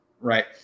right